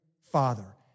Father